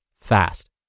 fast